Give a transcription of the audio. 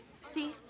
See